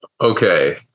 Okay